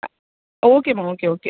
ஆ ஓகேம்மா okay okay